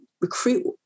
recruit